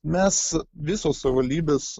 mes visos savivaldybės